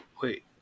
Wait